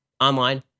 online